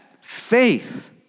faith